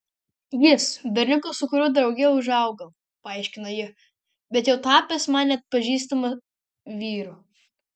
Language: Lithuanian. jis berniukas su kuriuo drauge užaugau paaiškina ji bet jau tapęs man nepažįstamu vyru